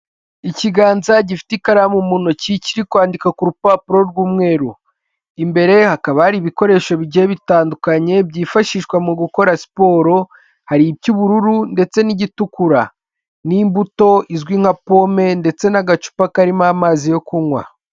Ikiganza gifite ikaramu mu ntoki kiri kwandika ku rupapuro rw'umweru, imbere hakaba hari ibikoresho bigiye bitandukanye byifashishwa mu gukora siporo, hari iby'ubururu ndetse n'igitukura, n'imbuto izwi nka pome ndetse n'agacupa karimo amazi yo kunywa.